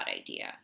idea